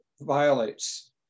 violates